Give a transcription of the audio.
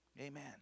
Amen